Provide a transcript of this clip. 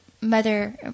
mother